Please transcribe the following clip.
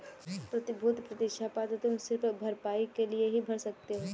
प्रतिभूति प्रतिज्ञा पत्र तुम सिर्फ भरपाई के लिए ही भर सकते हो